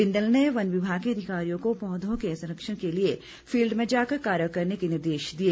बिंदल ने वन विभाग के अधिकारियों को पौधों के संरक्षण के लिए फील्ड में जाकर कार्य करने के निर्देश दिए